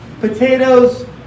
Potatoes